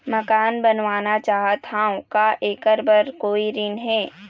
मकान बनवाना चाहत हाव, का ऐकर बर कोई ऋण हे?